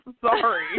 Sorry